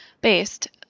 based